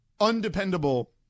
undependable